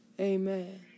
Amen